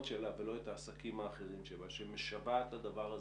שלה ולא את העסקים האחרים שלה שמשוועת לדבר הזה,